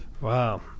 Wow